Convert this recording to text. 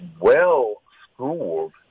well-schooled